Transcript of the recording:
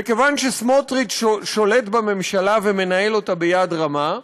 וכיוון שסמוטריץ שולט בממשלה ומנהל אותה ביד רמה,